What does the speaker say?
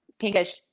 pinkish